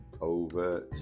over